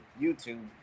YouTube